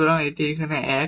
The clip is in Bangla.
সুতরাং এটি এখানে 1